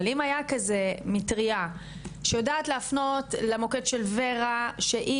אבל אם היה כזה מטרייה שיודעת להפנות למוקד של ורה שהיא